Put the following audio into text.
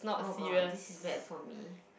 oh god this is bad for me